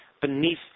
beneath